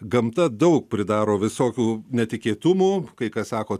gamta daug pridaro visokių netikėtumų kai kas sako